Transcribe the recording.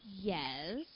Yes